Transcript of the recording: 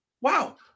Wow